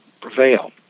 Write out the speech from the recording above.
prevail